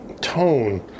tone